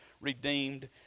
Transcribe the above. redeemed